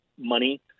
money